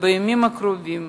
בימים הקרובים